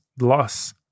loss